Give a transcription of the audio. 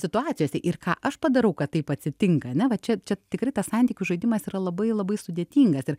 situacijose ir ką aš padarau kad taip atsitinka ane vat čia čia tikrai tas santykių žaidimas yra labai labai sudėtingas ir